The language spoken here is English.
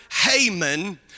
Haman